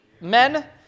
men